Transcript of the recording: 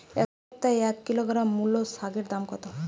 এ সপ্তাহে এক কিলোগ্রাম মুলো শাকের দাম কত?